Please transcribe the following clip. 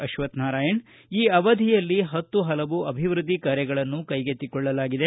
ಅಶ್ವಕ್ರನಾರಾಯಣ ಈ ಅವಧಿಯಲ್ಲಿ ಪತ್ತು ಪಲವು ಅಭಿವೃದ್ಧಿ ಕಾರ್ಯಗಳನ್ನು ಕೈಗೆತ್ತಿಕೊಳ್ಳಲಾಗಿದೆ